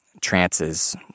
trances